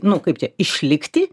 nu kaip čia išlikti